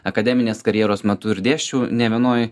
akademinės karjeros metu ir dėsčiau ne vienoj